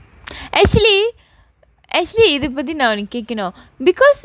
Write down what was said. actually actually இது பத்தி நான் ஒன்னு கேக்கணும்:ithu paththi naan onnu kekkanum because